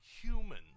human